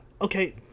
Okay